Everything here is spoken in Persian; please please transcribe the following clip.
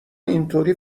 اینطوری